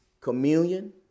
communion